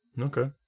okay